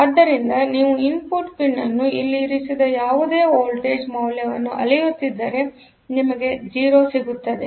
ಆದ್ದರಿಂದ ನೀವು input pin ಅಲ್ಲಿ ಇರಿಸಿದ ಯಾವುದೇ ವೋಲ್ಟೇಜ್ ಮೌಲ್ಯವನ್ನು ಅಳೆಯುತ್ತಿದ್ದರೆ ನಿಮಗೆ 0 ಸಿಗುತ್ತದೆ